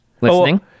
listening